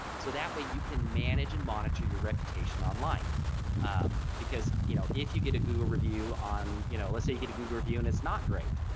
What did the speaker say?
so that way you can manage and monitor your reputation online because you know if you get a google review on you know let's say you get a google review and it's not great.